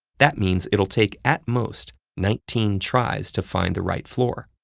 that means it'll take at most nineteen tries to find the right floor.